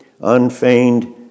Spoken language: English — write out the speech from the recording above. unfeigned